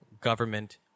government